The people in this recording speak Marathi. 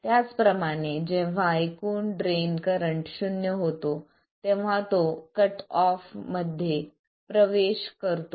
त्याचप्रमाणे जेव्हा एकूण ड्रेन करंट शून्य होतो तेव्हा तो कट ऑफ मध्ये प्रवेश करतो